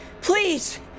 Please